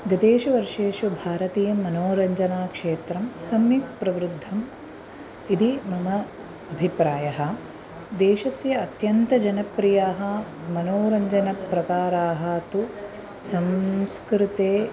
गतेषु वर्षेषु भारतीयमनोरञ्जनक्षेत्रं सम्यक् प्रवृद्धम् इति मम अभिप्रायः देशस्य अत्यन्तजनप्रियाः मनोरञ्जनप्रकाराः तु संस्कृते